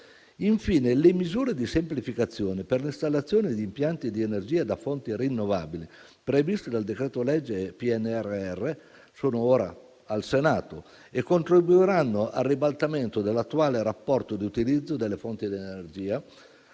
Infine, le misure di semplificazione per l'installazione di impianti di energia da fonti rinnovabili previste dal decreto-legge PNRR sono ora al Senato e contribuiranno al ribaltamento dell'attuale rapporto di utilizzo delle fonti di energia,